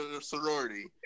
sorority